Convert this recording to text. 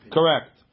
Correct